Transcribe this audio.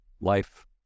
life